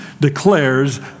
declares